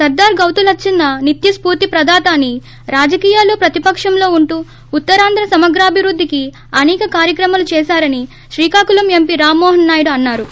సర్గార్ గౌతు లచ్చన్న నిత్య స్పూర్తి ప్రదాత అని రాజకీయాల్లో ప్రతిపక్షంలో ఉంటూ ఉత్తరాంధ్ర సమగ్రాభివృద్ధికి అసేక కార్యక్రమాలు చేశారని శ్రీకాకుళం ఎంపి రామ్మోహన్ నాయుడు అన్నారు